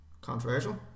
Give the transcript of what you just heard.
Controversial